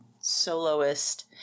soloist